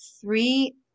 three